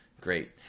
Great